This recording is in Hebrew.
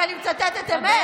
כי אני מצטטת אמת?